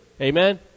Amen